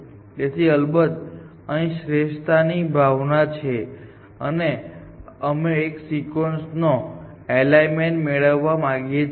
તેથી અલબત્ત અહીં શ્રેષ્ઠતાની ભાવના છે અને અમે એક સિક્વન્સ એલાઇનમેન્ટ મેળવવા માંગીએ છીએ